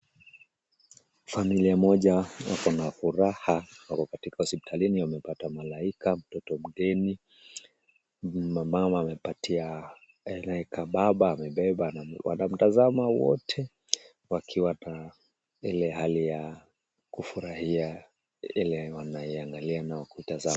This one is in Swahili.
Familia moja wako na furaha wako katika hospitalini wamepata malaika mtoto mgeni. Mama amepatia baba amebeba. Wanamtazama wote wakiwa na ile hali ya kufurahia ile wanamwangalia na kumtazama.